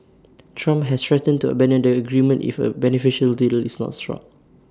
Trump has threatened to abandon the agreement if A beneficial deal is not struck